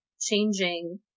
changing